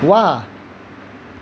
व्हा